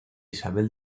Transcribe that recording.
isabel